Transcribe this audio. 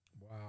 wow